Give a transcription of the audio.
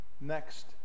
next